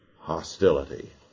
hostility